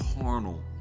carnal